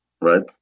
right